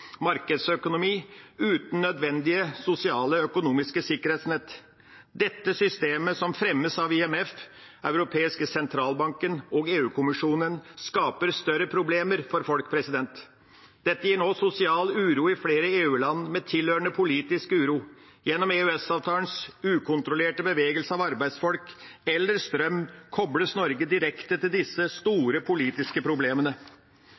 markedsøkonomi uten nødvendige sosiale og økonomiske sikkerhetsnett? Dette systemet, som fremmes av IMF, den europeiske sentralbanken og EU-kommisjonen, skaper større problemer for folk. Dette gir nå sosial uro i flere EU-land, med tilhørende politisk uro. Gjennom EØS-avtalens ukontrollerte bevegelse av arbeidsfolk – eller strøm – kobles Norge direkte til disse store politiske problemene.